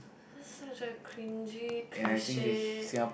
it's such a cringy cliche